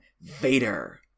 Vader